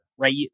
Right